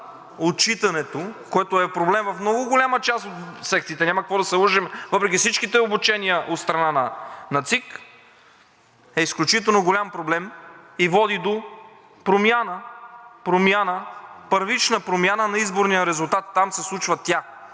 отчитането, което е проблем в много голяма част от секциите, няма какво да се лъжем, въпреки всичките обучения от страна на ЦИК, е изключително голям проблем и води до промяна, първична промяна на изборния резултат – там се случва тя.